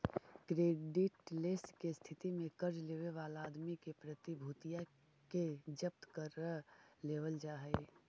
creditless के स्थिति में कर्ज लेवे वाला आदमी के प्रतिभूतिया के जब्त कर लेवल जा हई